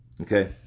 Okay